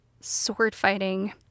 sword-fighting